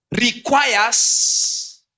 requires